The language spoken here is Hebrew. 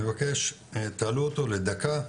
אני מבקש תעלו אותו לדקה,